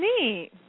Neat